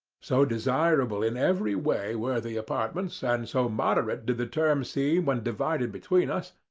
so desirable in every way were the apartments, and so moderate did the terms seem when divided between us,